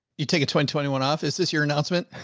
you take a twenty, twenty one off. is this your announcement?